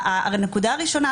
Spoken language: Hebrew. הנקודה הראשונה,